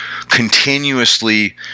continuously